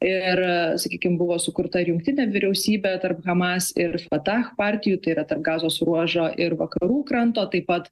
ir sakykim buvo sukurta ir jungtinė vyriausybė tarp hamas ir fatah partijų tai yra tarp gazos ruožo ir vakarų kranto taip pat